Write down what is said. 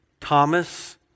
Thomas